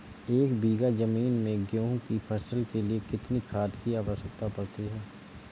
एक बीघा ज़मीन में गेहूँ की फसल के लिए कितनी खाद की आवश्यकता पड़ती है?